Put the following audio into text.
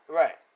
right